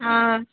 ஆ